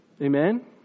Amen